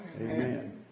Amen